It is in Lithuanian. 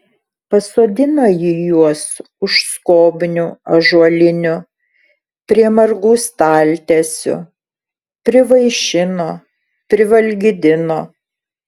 pasodino ji juos už skobnių ąžuolinių prie margų staltiesių privaišino privalgydino